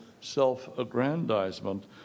self-aggrandizement